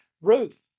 Ruth